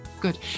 good